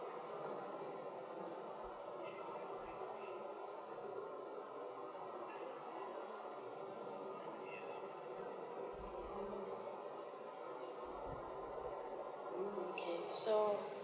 mmhmm K so